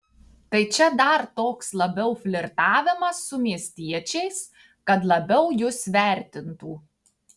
tai čia dar toks labiau flirtavimas su miestiečiais kad labiau jus vertintų